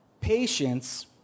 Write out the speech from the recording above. patience